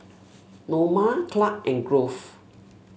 Norma Clark and Grove